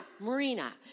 marina